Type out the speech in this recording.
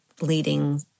leading